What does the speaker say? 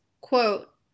quote